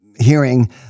hearing